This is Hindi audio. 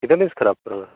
कितने दिन से खराब चल रहा